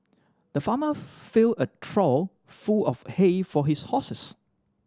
the farmer filled a trough full of hay for his horses